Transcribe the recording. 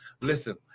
Listen